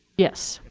yes.